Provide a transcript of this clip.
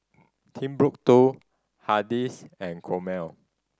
Timbuk Two Hardy's and Chomel